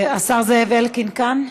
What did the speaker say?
השר זאב אלקין כאן?